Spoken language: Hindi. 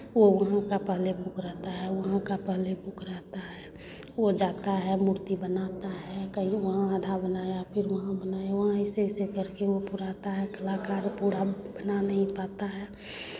वो वहाँ का पहले बुक रहता है वहाँ का पहले बुक रहता है वो जाता है मूर्ति बनाता है कहीं वहाँ आधा बनाया फिर वहाँ बनाया वहाँ ऐसे ऐसे करके वो पूरा आता है कलाकार पूरा बना नहीं पाता है